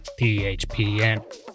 THPN